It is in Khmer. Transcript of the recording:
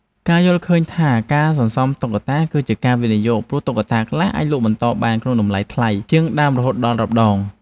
ការយល់ឃើញថាការសន្សំតុក្កតាគឺជា ការវិនិយោគ ព្រោះតុក្កតាខ្លះអាចលក់បន្តបានក្នុងតម្លៃថ្លៃជាងដើមរហូតដល់រាប់ដង។